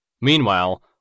Meanwhile